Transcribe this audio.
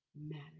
matter